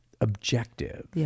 objective